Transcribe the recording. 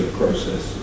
process